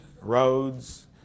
roads